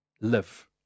live